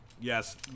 Yes